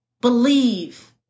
believe